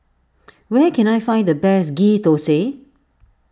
where can I find the best Ghee Thosai